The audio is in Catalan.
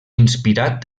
inspirat